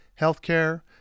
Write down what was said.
healthcare